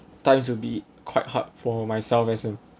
times will be quite hard for myself as an